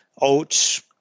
oats